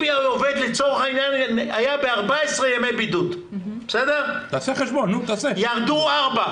אם עובד לצורך העניין היה ב-14 ימי בידוד, ירדו 4,